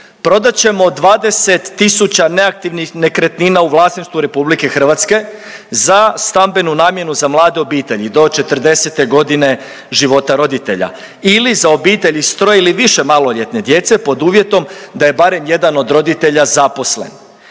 prodat ćemo 20 tisuća neaktivnih nekretnina u vlasništvu RH za stambenu namjenu za mlade obitelji do 40. godine života roditelja ili za obitelji s troje ili više maloljetne djece pod uvjetom da je barem jedan od roditelja zaposlen.